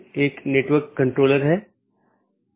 चौथा वैकल्पिक गैर संक्रमणीय विशेषता है